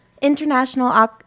international